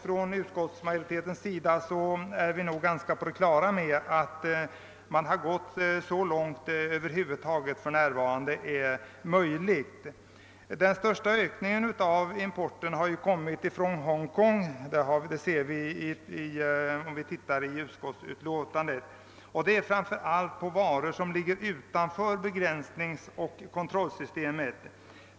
Inom utskottsmajoriteten är vi fördenskull ganska väl på det klara med att man gått så långt som det för närvarande över huvud taget är möjligt. Den största ökningen har gällt importen från Hongkong, vilket framgår av uppgifterna i utskottsutlåtandet. Denna ökning avser framför allt varor som ligger utanför begränsningsoch kontrollsystemet.